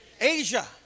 Asia